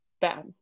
bad